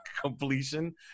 completion